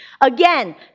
Again